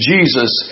Jesus